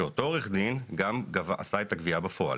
שאותו עורך דין גם עשה את הגבייה בפועל